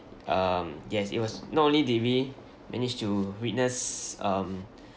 um yes it was not only did we managed to witness um